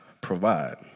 provide